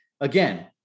again